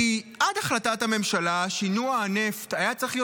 עד החלטת הממשלה שינוע הנפט היה צריך להיות